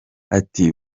ati